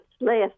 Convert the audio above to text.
less